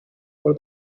for